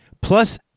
plus